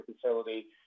facility